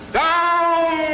down